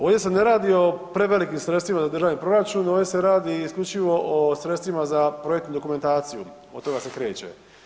Ovdje se ne radi o prevelikim sredstvima za državni proračun, ovdje se radi isključivo o sredstvima za projektnu dokumentaciju, od toga se kreće.